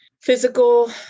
physical